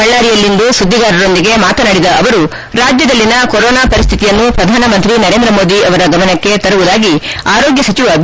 ಬಳ್ಳಾರಿಯಲ್ಲಿಂದು ಸುದ್ದಿಗಾರರೊಂದಿಗೆ ಮಾತನಾಡಿದ ಅವರು ರಾಜ್ಯದಲ್ಲಿನ ಕೊರೊನಾ ಪರಿಹ್ಮಿತಿಯನ್ನು ಪ್ರಧಾನ ಮಂತ್ರಿ ನರೇಂದ್ರ ಮೋದಿ ಆವರ ಗಮನಕ್ಕೆ ತರುವುದಾಗಿ ಆರೋಗ್ಯ ಸಚಿವ ಬಿ